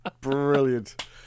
Brilliant